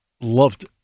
loved